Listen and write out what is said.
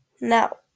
Now